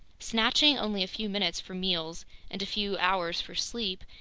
snatching only a few minutes for meals and a few hours for sleep,